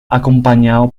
acompañado